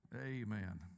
Amen